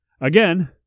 Again